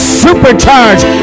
supercharged